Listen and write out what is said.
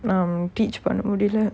um teach பண்ண முடில:panna mudila